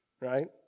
right